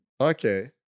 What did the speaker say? Okay